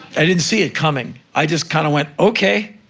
i didn't see it coming. i just kinda went, okay.